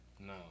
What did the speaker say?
No